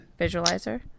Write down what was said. visualizer